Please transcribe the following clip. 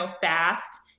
fast